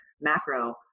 macro